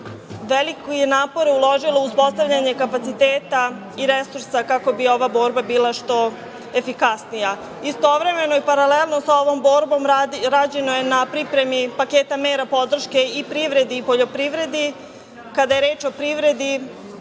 veliki je napor uložila u uspostavljanje kapaciteta i resursa kako bi ova borba bila što efikasnija. Istovremeno i paralelno sa ovom borbom rađeno je na pripremi paketa mera podrške i privredi i poljoprivredi. Kada je o privredi